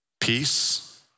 Peace